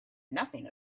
nothing